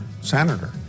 senator